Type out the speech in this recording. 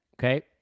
okay